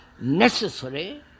necessary